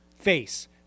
face